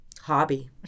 Hobby